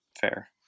Fair